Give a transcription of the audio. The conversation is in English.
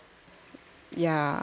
ya